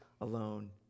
alone